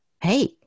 Hey